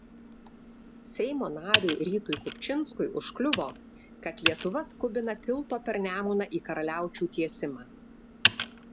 seimo nariui rytui kupčinskui užkliuvo kad lietuva skubina tilto per nemuną į karaliaučių tiesimą